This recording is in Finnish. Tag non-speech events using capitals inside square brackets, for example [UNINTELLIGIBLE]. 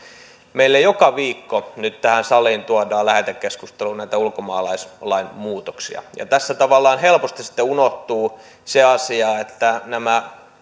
meille joka viikko nyt tähän saliin tuodaan lähetekeskusteluun näitä ulkomaalaislain muutoksia niin tässä tavallaan helposti sitten unohtuu se asia että nämä [UNINTELLIGIBLE]